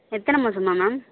எத்தனை மாதமா மேம்